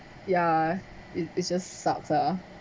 yeah it is just sucks ah